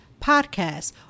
podcast